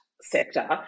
sector